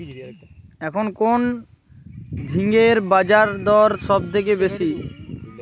এখন কোন ঝিঙ্গের বাজারদর সবথেকে বেশি?